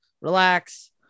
relax